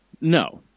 No